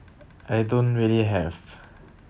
I don't really have